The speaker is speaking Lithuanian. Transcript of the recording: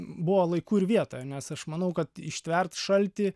buvo laiku ir vietoje nes aš manau kad ištvert šaltį